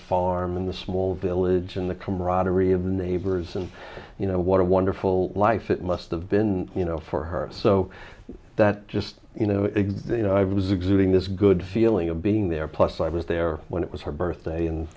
farm in the small village in the camaraderie of neighbors and you know what a wonderful life it must have been you know for her so that just you know it was exuding this good feeling of being there plus i was there when it was her birthday and